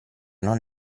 non